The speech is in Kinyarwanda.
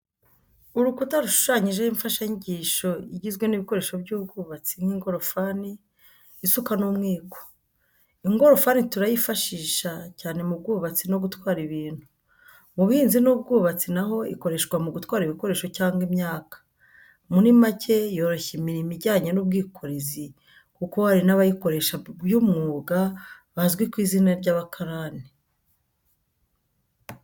Urukuta rushushanyijeho imfashanyigisho igizwe n'ibikoresho by'ubwubatsi nk'ingorofani, isuka n'umwiko. Ingorofani turayifashisha, cyane mu bwubatsi no gutwara ibintu. Mu buhinzi n’ubwubatsi naho ikoreshwa mu gutwara ibikoresho cyangwa imyaka. Muri macye yoroshya imirimo ijyanye n’ubwikorezi kuko hari n’abayikoresha by’umwuga bazwi ku izina ry’abakarani.